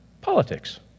politics